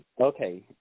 Okay